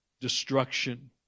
destruction